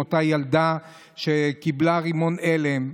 עם אותה ילדה שקיבלה רימון הלם.